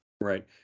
Right